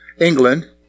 England